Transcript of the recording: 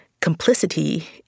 complicity